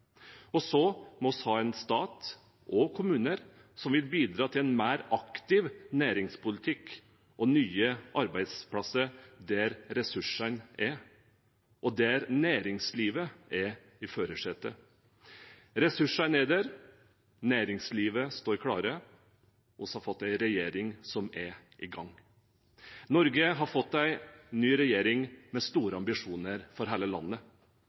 Så må vi ha en stat og kommuner som vil bidra til en mer aktiv næringspolitikk og nye arbeidsplasser der ressursene er, og der næringslivet er i førersetet. Ressursene er der, næringslivet står klart, og vi har fått en regjering som er i gang. Norge har fått en ny regjering med store ambisjoner for hele landet,